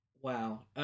Wow